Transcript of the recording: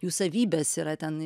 jų savybės yra ten